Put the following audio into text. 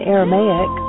Aramaic